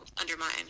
undermine